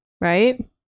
right